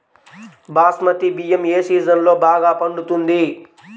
బాస్మతి బియ్యం ఏ సీజన్లో బాగా పండుతుంది?